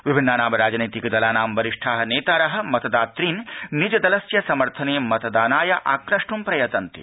विभिन्नानां राजनैतिक दलानां वरिष्ठा नेतार मतदातृन् निजदलस्य समर्थने मतदानाय आक्रष्ट् प्रयतन्ते